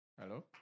Hello